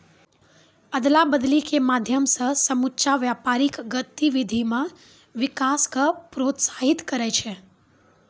अदला बदली के माध्यम से समुच्चा व्यापारिक गतिविधि मे विकास क प्रोत्साहित करै छै